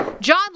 John